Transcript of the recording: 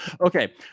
Okay